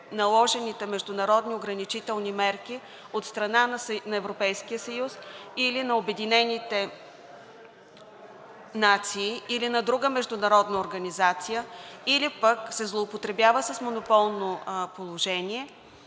наложените международни ограничителни мерки от страна на Европейския съюз или на Обединените нации, или на друга международна организация, или пък се злоупотребява с монополно положение,